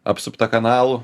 apsuptą kanalų